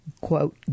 quote